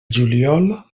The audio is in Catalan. juliol